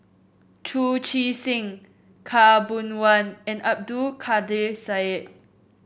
Chu Chee Seng Khaw Boon Wan and Abdul Kadir Syed